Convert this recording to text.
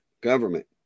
Government